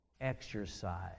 exercise